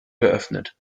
geöffnet